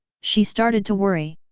she started to worry.